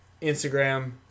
Instagram